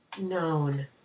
known